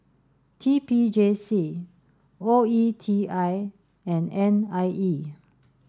T P J C O E T I and N I E